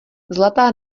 zlatá